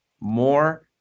more